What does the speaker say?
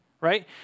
right